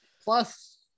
Plus